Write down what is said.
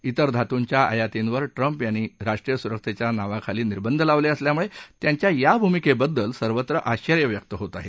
त्र धातूंच्या आयातींवर ट्रम्प यांनी राष्ट्रीय सुरक्षेच्या नावाखाली निर्बंध लावले असल्यामुळे त्यांच्या या भूमिकेबद्दल सर्वत्र आश्वर्य व्यक्त होत आहे